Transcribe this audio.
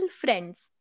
friends